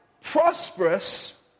prosperous